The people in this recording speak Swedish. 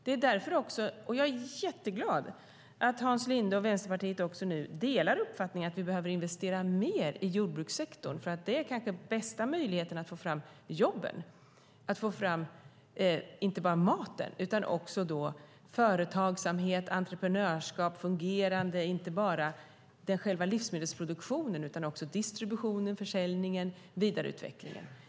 Jag är jätteglad att Hans Linde och Vänsterpartiet nu delar uppfattningen att vi behöver investera mer i jordbrukssektorn, för det är kanske den bästa möjligheten att få fram jobben, få fram inte bara mat utan också företagsamhet, entreprenörskap och inte bara en fungerande livsmedelsproduktion utan också distribution, försäljning och vidareutveckling.